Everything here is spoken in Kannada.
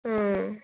ಹ್ಞೂ